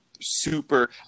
super